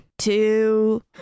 Two